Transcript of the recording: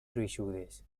gruixudes